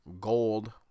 gold